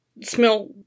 smell